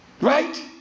right